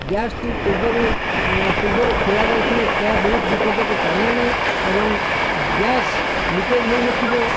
ଗ୍ୟାସ୍ଟି ପୂର୍ବରୁ ପୂର୍ବରୁ ଖୋଲାଯାଇଥିଲେ ଏହା ବହୁତ ବିପଦକୁ ଟାଣି ଆଣେ ଏବଂ ଗ୍ୟାସ୍ ଲିକେଜ୍ ହୋଇନଥିବ